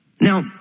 Now